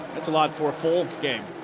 that's a lot for a full game,